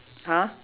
!huh!